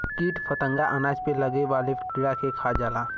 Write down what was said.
कीट फतंगा अनाज पे लागे वाला कीड़ा के खा जाला